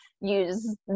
use